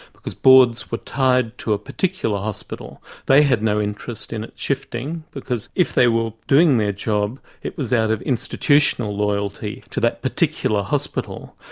because boards were tied to a particular hospital. they had no interest in it shifting, because if they were doing their job, it was out of institutional loyalty to that particular hospital.